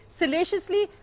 salaciously